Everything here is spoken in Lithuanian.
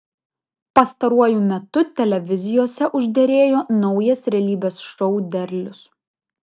pastaruoju metu televizijose užderėjo naujas realybės šou derlius